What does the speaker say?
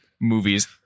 movies